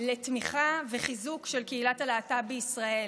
לתמיכה וחיזוק של קהילת הלהט"ב בישראל.